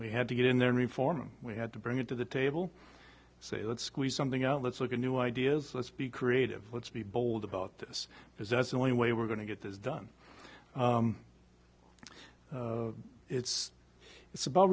we had to get in there reform we had to bring it to the table say let's squeeze something out let's look at new ideas let's be creative let's be bold about this because that's the only way we're going to get this done it's it's about